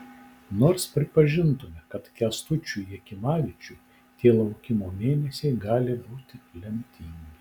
nors pripažintume kad kęstučiui jakimavičiui tie laukimo mėnesiai gali būti lemtingi